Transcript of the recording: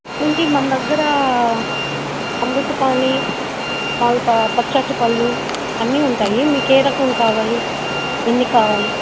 ఏవండీ మన దగ్గర అమృతపాణి తర్వాత పచ్చటి పళ్ళు అన్ని ఉంటాయి మీకు ఏ రకం కావాలి ఎన్ని కావాలి